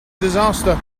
disaster